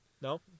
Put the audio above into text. No